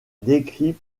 décrit